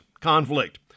conflict